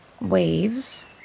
Waves